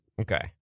Okay